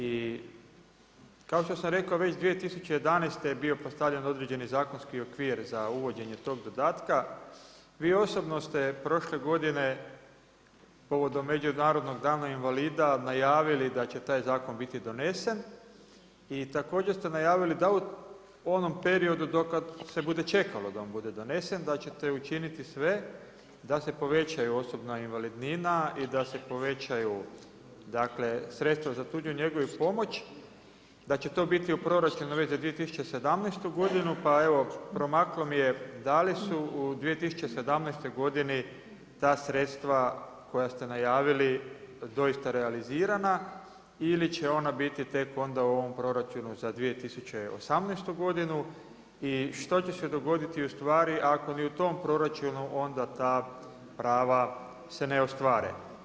I kao što sam rekao već, 2011. je bio postavljen određeni zakonski okvir za uvođenje tog dodatka, vi osobno ste prošle godine, povodom Međunarodnog dana invalida, najavili da će taj zakon biti donesen i također ste najavili da u onom periodu do kad se bude čekalo da on bude donesen, da ćete učiniti sve da se povećaju osobna invalidnina i da se povećaju sredstva za tuđu njegu i pomoć, da će to biti u proračunu već za 2017. godinu pa evo, promaklo mi je, da li su 2017. godini ta sredstva koja ste najavili doista realizirana ili će ona biti tek onda u ovom proračunu za 2018. godinu i što će se dogoditi ustvari ako ni u tom proračunu onda ta prava se ne ostvare?